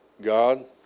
God